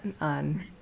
on